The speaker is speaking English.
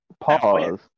Pause